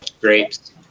Grapes